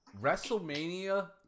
WrestleMania